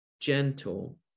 gentle